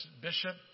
bishop